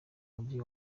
mujyi